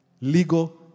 legal